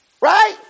right